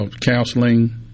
counseling